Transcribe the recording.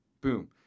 Boom